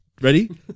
Ready